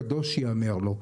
"קדוש יאמר לו".